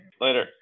Later